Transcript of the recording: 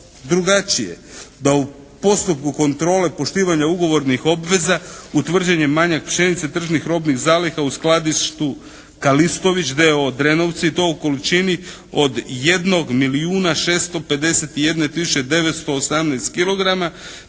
drugačije da u postupku kontrole poštivanja ugovornih obveza utvrđen je manjak pšenice tržnih robnih zaliha u skladištu "Kalistović" d.o.o. Drenovci i to u količini od jednog